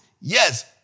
Yes